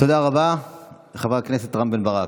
תודה רבה לחבר הכנסת רם בן ברק.